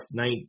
19